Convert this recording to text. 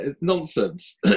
nonsense